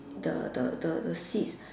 the the the the seats